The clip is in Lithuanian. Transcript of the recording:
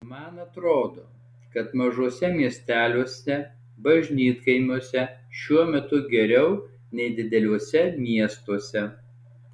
man atrodo kad mažuose miesteliuose bažnytkaimiuose šiuo metu geriau nei dideliuose miestuose